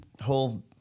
whole